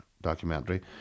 documentary